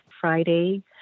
friday